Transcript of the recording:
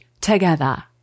together